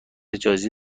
جایزه